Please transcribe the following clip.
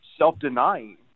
self-denying